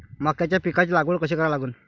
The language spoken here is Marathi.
मक्याच्या पिकाची लागवड कशी करा लागन?